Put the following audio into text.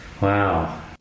Wow